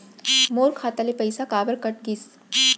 मोर खाता ले पइसा काबर कट गिस?